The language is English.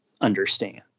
understand